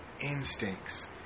instincts